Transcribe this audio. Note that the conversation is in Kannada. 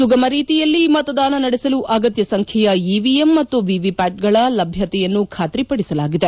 ಸುಗಮ ರೀತಿಯಲ್ಲಿ ಮತದಾನ ನಡೆಸಲು ಅಗತ್ಯ ಸಂಖ್ಯೆಯ ಇವಿಎಂ ಮತ್ತು ವಿವಿಪ್ಕಾಟ್ ಗಳ ಲಭ್ಯತೆಯನ್ನು ಬಾತ್ರಿಪಡಿಸಲಾಗಿದೆ